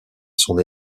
son